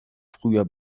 früher